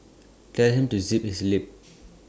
tell him to zip his lip